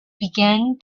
began